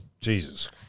Jesus